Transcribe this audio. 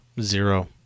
zero